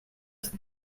just